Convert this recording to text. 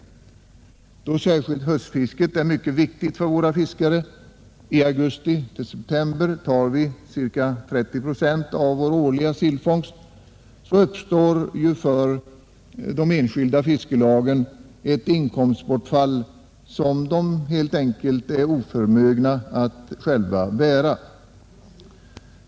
Då särskilt höstfisket är mycket viktigt för våra fiskare — i augusti och september tar vi ca 30 procent av vår årliga sillfångst — uppstår ju för de enskilda fiskelagen ett inkomstbortfall, som de helt enkelt är oförmögna att själva bära.